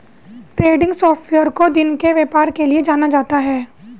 trending software को दिन के व्यापार के लिये जाना जाता है